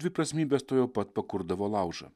dviprasmybės tuojau pat pakurdavo laužą